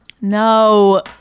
No